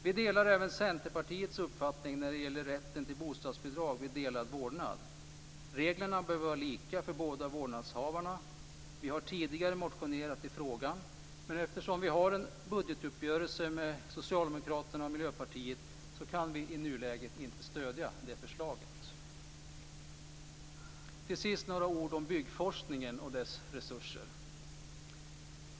Vi delar även Centerpartiets uppfattning när det gäller rätten till bostadsbidrag vid delad vårdnad, reglerna bör vara lika för båda vårdnadshavarna. Vi har tidigare motionerat i frågan, men eftersom vi har en budgetuppgörelse med Socialdemokraterna och Miljöpartiet kan vi i nuläget inte stödja det förslaget. Till sist några ord om byggforskningen och dess resurser.